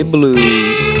Blues